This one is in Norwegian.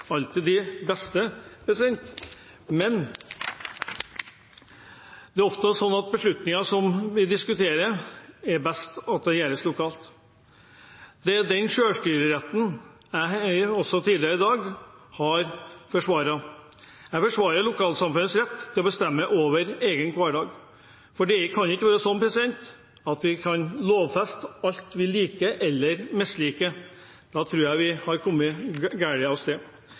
alltid de beste, men det er ofte slik at beslutninger vi diskuterer, best gjøres lokalt. Det er den selvstyreretten jeg også tidligere i dag har forsvart. Jeg forsvarer lokalsamfunnets rett til å bestemme over egen hverdag, for det kan ikke være sånn at vi kan lovfeste alt vi liker eller misliker. Da tror jeg vi har kommet